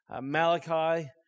Malachi